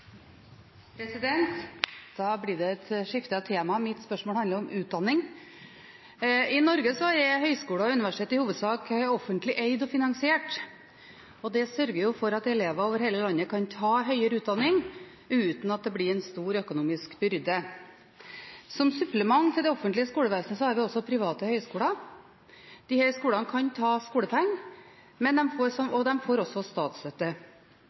hovedspørsmål. Da blir det et skifte av tema. Mitt spørsmål handler om utdanning. I Norge er høyskoler og universiteter i hovedsak offentlig eid og finansiert, og det sørger for at elever over hele landet kan ta høyere utdanning uten at det blir en stor økonomisk byrde. Som supplement til det offentlige skolevesen har vi også private høyskoler. Disse skolene kan ta skolepenger, og de får også statsstøtte.